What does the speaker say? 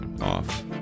off